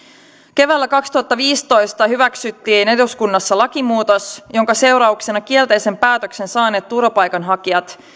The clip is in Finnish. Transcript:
keväällä kaksituhattaviisitoista hyväksyttiin eduskunnassa lakimuutos jonka seurauksena kielteisen päätöksen saaneet turvapaikanhakijat